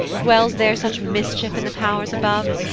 dwells there such mischief in the pow'rs above?